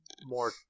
more